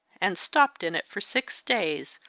and stopped in it for six days,